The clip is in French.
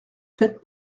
faites